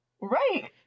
Right